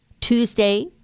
Tuesday